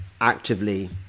actively